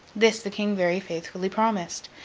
this the king very faithfully promised,